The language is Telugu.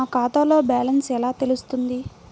నా ఖాతాలో బ్యాలెన్స్ ఎలా తెలుస్తుంది?